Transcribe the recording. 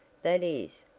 that is,